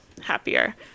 happier